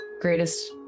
greatest